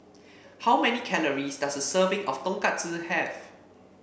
how many calories does a serving of Tonkatsu have